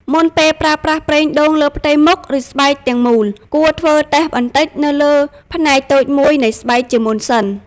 មុនពេលប្រើប្រាស់ប្រេងដូងលើផ្ទៃមុខ ឬស្បែកទាំងមូល គួរធ្វើតេស្តបន្តិចនៅលើផ្នែកតូចមួយនៃស្បែកជាមុនសិន។